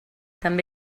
també